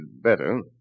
better